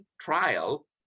trial